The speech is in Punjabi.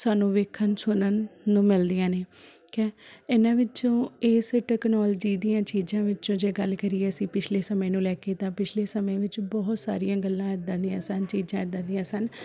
ਸਾਨੂੰ ਵੇਖਣ ਸੁਣਨ ਨੂੰ ਮਿਲਦੀਆਂ ਨੇ ਕ ਇਹਨਾਂ ਵਿੱਚੋਂ ਇਸ ਟਕਨੋਲਜੀ ਦੀਆਂ ਚੀਜ਼ਾਂ ਵਿੱਚੋਂ ਜੇ ਗੱਲ ਕਰੀਏ ਅਸੀਂ ਪਿਛਲੇ ਸਮੇਂ ਨੂੰ ਲੈ ਕੇ ਤਾਂ ਪਿਛਲੇ ਸਮੇਂ ਵਿੱਚ ਬਹੁਤ ਸਾਰੀਆਂ ਗੱਲਾਂ ਇੱਦਾਂ ਦੀਆਂ ਸਨ ਚੀਜ਼ਾਂ ਇੱਦਾਂ ਦੀਆਂ ਸਨ